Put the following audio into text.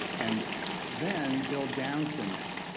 and then build down from that.